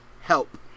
help